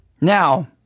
Now